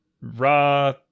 raw